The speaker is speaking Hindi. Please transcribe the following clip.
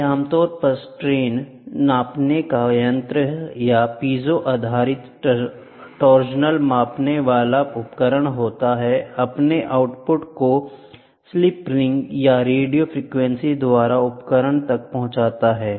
वे आम तौर पर स्ट्रेन नापने का यंत्र या पीजो आधारित टॉर्सनल मापने वाले उपकरण होते हैं और अपने आउटपुट को स्लिप रिंग या रेडियो फ्रीक्वेंसी द्वारा उपकरण तक पहुंचाते हैं